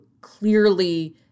clearly